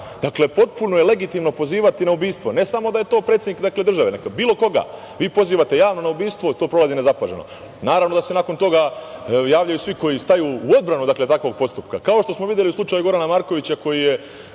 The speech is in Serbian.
akt. Potpuno je legitimno pozivati na ubistvo ne samo da je to predsednik države, nego bilo koga vi pozivate javno na ubistvo. To prolazi nezapaženo. Naravno da se nakon toga javljaju svi koji staju u odbranu takvog postupka. Kao što smo videli u slučaju Gorana Markovića koji nije